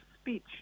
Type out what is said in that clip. speech